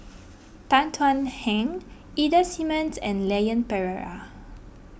Tan Thuan Heng Ida Simmons and Leon Perera